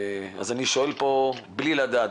אז אני שואל פה בלי לדעת,